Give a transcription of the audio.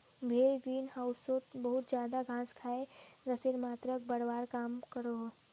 भेड़ ग्रीन होउसोत बहुत ज्यादा घास खाए गसेर मात्राक बढ़वार काम क्रोह